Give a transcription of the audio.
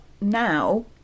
now